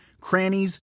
crannies